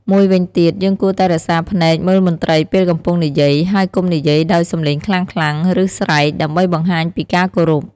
មួយវិញទៀត យើងគួរតែរក្សាភ្នែកមើលមន្ត្រីពេលកំពុងនិយាយ ហើយកុំនិយាយដោយសំឡេងខ្លាំងៗ ឬ ស្រែក ដើម្បីបង្ហាញពីការគោរព។